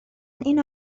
اینو